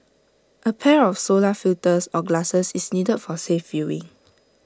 A pair of solar filters or glasses is needed for safe viewing